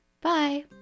bye